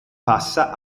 passa